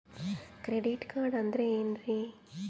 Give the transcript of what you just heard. Credit card ಅಂದ್ರ ಏನ್ರೀ?